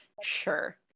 sure